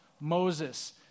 Moses